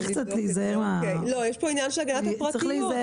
יש פה הגנת הפרטיות.